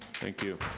thank you.